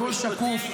הכול שקוף,